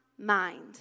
mind